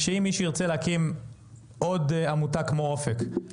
ואם מישהו ירצה להקים עוד אגודה כמו אופק,